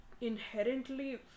inherently